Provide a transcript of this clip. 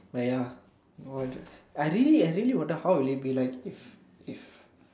but ya what the I really I really wonder how will it be like if if